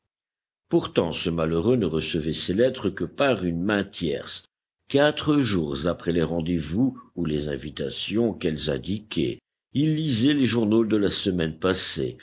pourtant ce malheureux ne recevait ses lettres que par une main tierce quatre jours après les rendez-vous ou les invitations qu'elles indiquaient il lisait les journaux de la semaine passée